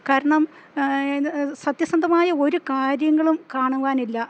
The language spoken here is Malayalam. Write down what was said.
കാരണം ഇന്ന് സത്യസന്ധമായ ഒരു കാര്യങ്ങളും കാണുവാനില്ല